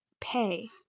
Pay